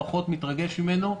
אני פחות מתרגש ממנו.